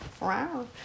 Wow